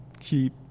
keep